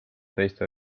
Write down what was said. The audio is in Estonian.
teiste